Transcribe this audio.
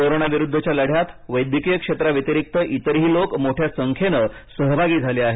कोरोनाविरुद्धच्या लढ्यात वैद्यकीय क्षेत्राव्यतिरिक्त इतरही लोक मोठ्या संख्येनं सहभागी झाले आहेत